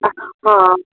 हां